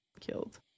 killed